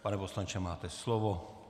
Pan poslanče, máte slovo.